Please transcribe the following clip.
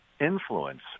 influence